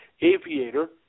aviator